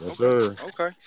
Okay